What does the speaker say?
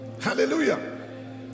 Hallelujah